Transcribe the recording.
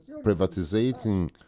privatizing